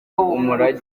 umurage